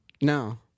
No